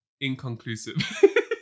Inconclusive